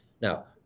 Now